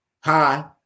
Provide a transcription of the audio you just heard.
Hi